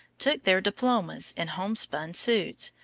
took their diplomas in homespun suits,